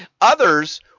others